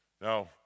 Now